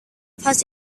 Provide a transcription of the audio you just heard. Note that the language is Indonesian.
vas